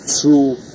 true